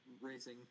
racing